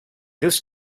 this